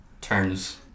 turns